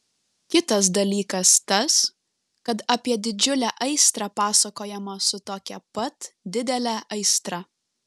kitas dalykas tas kad apie didžiulę aistrą pasakojama su tokia pat didele aistra